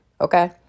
okay